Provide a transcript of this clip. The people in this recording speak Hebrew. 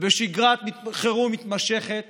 ובשגרת חירום מתמשכת